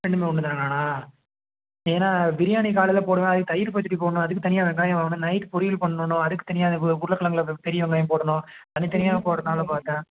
ரெண்டுமே ஒன்றுதானாண்ணா ஏன்னா பிரியாணி காலையில் போடுவேன் அதுக்கு தயிர் பச்சடி போடணும் அதுக்கு தனியாக வெங்காயம் வாங்கணும் நைட்டு பொரியல் பண்ணும் அதுக்கு தனியாக உ உருளைக்கிழங்குல பெரிய வெங்காயம் போடணும் தனித்தனியாக போடலான்னு பார்த்தேன்